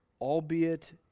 albeit